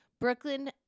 Brooklyn